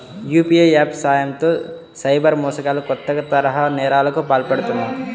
UPI apps సాయంతో cyber మోసగాళ్లు కొత్త తరహా నేరాలకు పాల్పడుతున్నారు